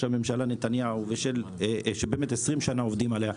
הממשלה נתניהו שעשרים שנה עובדים עליה,